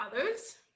others